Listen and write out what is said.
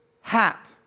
hap